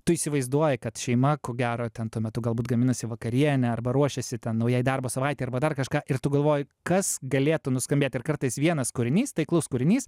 tu įsivaizduoji kad šeima ko gero ten tuo metu galbūt gaminasi vakarienę arba ruošiasi naujai darbo savaitei arba dar kažką ir tu galvoji kas galėtų nuskambėt ir kartais vienas kūrinys taiklus kūrinys